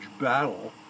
battle